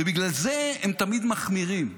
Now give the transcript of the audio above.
ובגלל זה הם תמיד מחמירים.